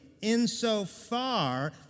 insofar